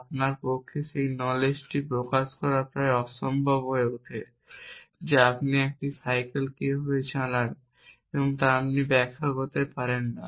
আপনার পক্ষে সেই নলেজটি প্রকাশ করা প্রায় অসম্ভব হয়ে পরে যে আপনি কীভাবে একটি সাইকেল চালান যা আপনি ব্যাখ্যা করতে পারবেন না